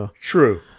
True